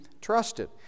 trusted